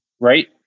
right